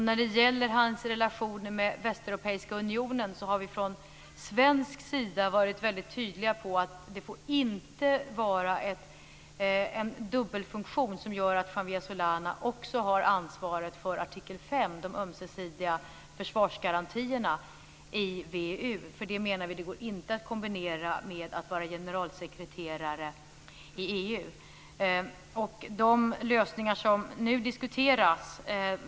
När det gäller hans relationer med Västeuropeiska unionen har vi från svensk sida varit väldigt tydliga i fråga om att det inte får vara en dubbelfunktion, som gör att Javier Solana också har ansvaret för artikel V, de ömsesidiga försvarsgarantierna i VEU. Vi menar att det inte går att kombinera med att vara generalsekreterare i EU.